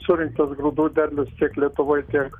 surinktas grūdų derlius tiek lietuvoj tiek